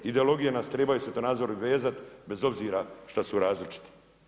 Ideologije nas trebaju i svjetonazor vezat bez obzira šta su različite.